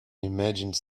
imagine